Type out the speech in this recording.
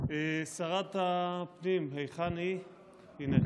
פורסם כי שרת הפנים אמרה כי שר החוץ,